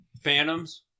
Phantoms